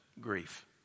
grief